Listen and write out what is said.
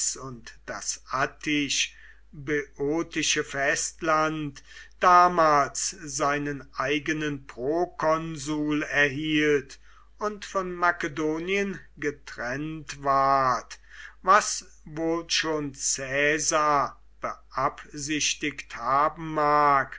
und das attisch böotische festland damals seinen eigenen prokonsul erhielt und von makedonien getrennt ward was wohl schon caesar beabsichtigt haben mag